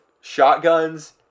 shotguns